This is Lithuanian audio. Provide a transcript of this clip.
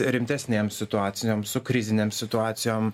rimtesnėm situacijom su krizinėm situacijom